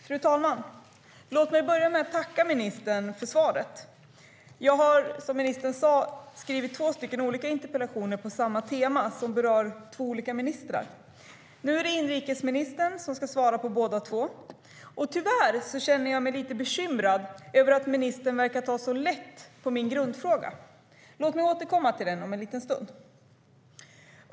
Fru talman! Låt mig börja med att tacka ministern för svaret. Jag har, som ministern sade, skrivit två interpellationer på samma tema som berör två olika ministrar. Nu är det inrikesministern som ska svara på båda interpellationerna, och tyvärr känner jag mig lite bekymrad över att ministern verkar ta så lätt på min grundfråga. Låt mig återkomma till den om en liten stund.